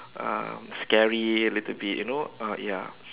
um scary a little bit you know ah ya